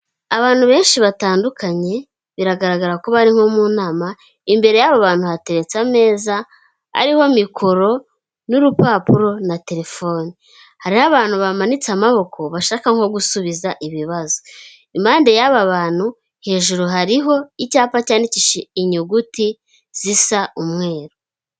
Abantu benshi batandukanye biragaragara ko bari nko mu nama imbere y'abo bantu hatetse ameza ariho mikoro n'urupapuro na telefoni hariho abantu bamanitse amaboko bashaka nko gusubiza ibibazo impande y'aba bantu hejuru hariho icyapa cyandikishije inyuguti zisa umweru.